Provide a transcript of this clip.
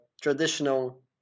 traditional